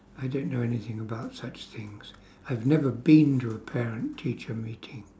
I don't know anything about such things I've never been to a parent teacher meeting